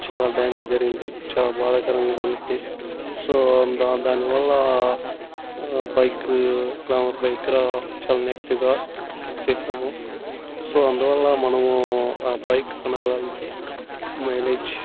చాలా డ్యామేజ్ జరిగింది చాలా బాధాకరంగా ఉన్నింది సో దాని వల్ల బైక్ గ్లామర్ బైక్ చాలా నెగటివ్గా థింక్ చేసాము సో అందువల్ల మనము ఆ బైక్ కొనాలంటే మైలేజ్